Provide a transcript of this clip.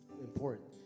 important